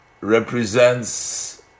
represents